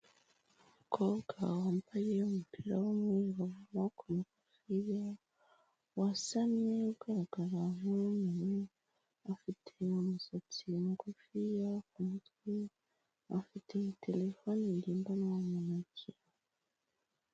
Umukobwa wambaye umupira w'umweru w'amaboko magufiya, wasamye ugaragara nk'uwumiwe, afite imisatsi migufiya ku mutwe , afite telefone ngendanwa mu ntoki.